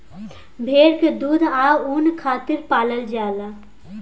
भेड़ के दूध आ ऊन खातिर पलाल जाला